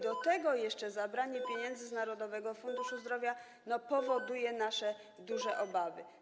Do tego jeszcze zabranie pieniędzy z Narodowego Funduszu Zdrowia powoduje nasze duże obawy.